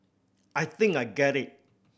I think I get it